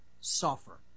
suffer